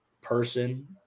person